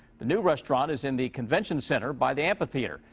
the new restaurant is in the convention center. by the amphitheater.